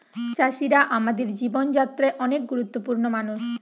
চাষিরা আমাদের জীবন যাত্রায় অনেক গুরুত্বপূর্ণ মানুষ